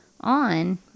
on